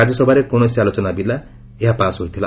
ରାଜ୍ୟସଭାରେ କୌଣସି ଆଲୋଚନା ବିନା ଏହା ପାସ୍ ହୋଇଥିଲା